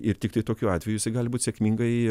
ir tiktai tokiu atveju jisai gali būt sėkmingai